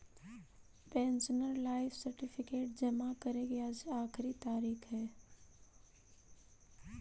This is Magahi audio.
पेंशनर लाइफ सर्टिफिकेट जमा करे के आज आखिरी तारीख हइ